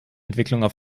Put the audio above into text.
entwicklungen